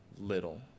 little